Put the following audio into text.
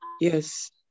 Yes